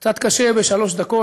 קצת קשה בשלוש דקות,